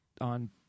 on